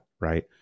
Right